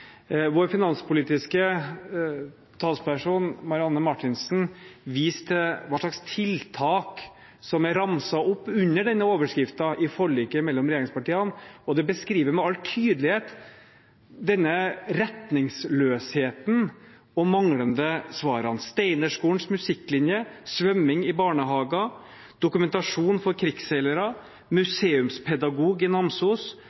Vår finanspolitiske talsperson, Marianne Marthinsen, viste til hva slags tiltak som er ramset opp under denne overskriften i forliket mellom regjeringspartiene, og dette beskriver med all tydelighet denne retningsløsheten og de manglende svarene. Steinerskolens musikklinje, svømming i barnehager, dokumentasjon for krigsseilere, museumspedagog i Namsos,